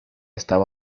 estaba